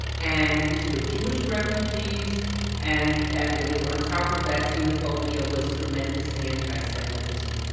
and these were jewish refugees and and there was on top of that xenophobia was tremendous anti-semitism.